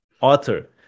author